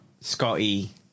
Scotty